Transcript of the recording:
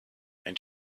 and